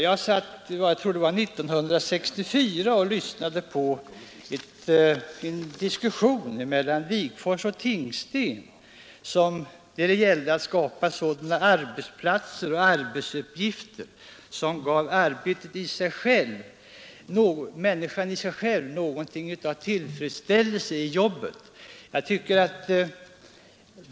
Jag tror att det var år 1964 som jag lyssnade till en diskussion mellan herrar Wigforss och Tingsten, som gällde att skapa sådana arbetsplatser och arbetsuppgifter som gav människan själv tillfredsställelse i jobbet.